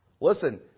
listen